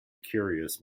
curious